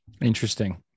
Interesting